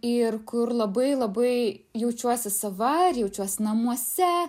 ir kur labai labai jaučiuosi sava ir jaučiuosi namuose